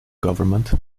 government